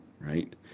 right